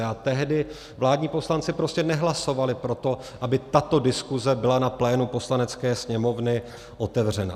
A tehdy vládní poslanci prostě nehlasovali pro to, aby tato diskuse byla na plénu Poslanecké sněmovny otevřena.